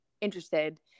interested